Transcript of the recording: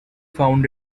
found